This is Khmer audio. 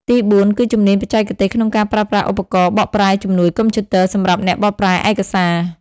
ទីបួន គឺជំនាញបច្ចេកទេសក្នុងការប្រើប្រាស់ឧបករណ៍បកប្រែជំនួយកុំព្យូទ័រ សម្រាប់អ្នកបកប្រែឯកសារ។